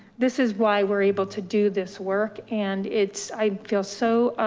this is why we're able to do this work. and it's, i feel so